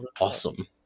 awesome